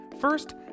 First